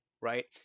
right